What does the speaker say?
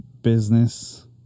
business